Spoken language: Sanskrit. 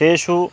तेषु